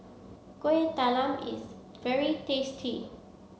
Kuih Talam is very tasty